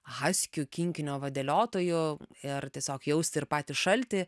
haskių kinkinio vadeliotoju ir tiesiog jausti ir patį šaltį